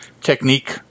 technique